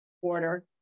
quarter